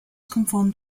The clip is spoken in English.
conform